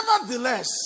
Nevertheless